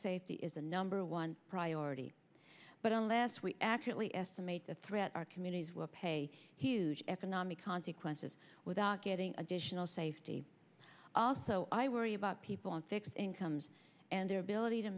safety is the number one priority but unless we accurately estimate the threat our communities will pay huge economic consequences without getting additional safety also i worry about people on fixed incomes and their ability to